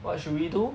what should we do